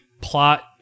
plot